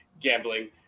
gambling